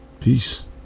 peace